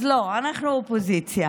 אז לא, אנחנו אופוזיציה,